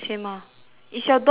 is your door open or close